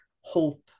hope